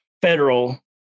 federal